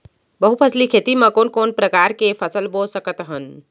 बहुफसली खेती मा कोन कोन प्रकार के फसल बो सकत हन?